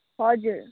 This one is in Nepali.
हजुर